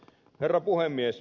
herra puhemies